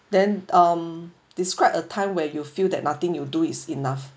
then um describe a time where you feel that nothing you do is enough